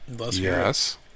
Yes